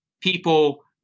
People